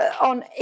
on